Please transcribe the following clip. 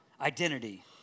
identity